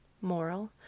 Moral